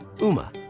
UMA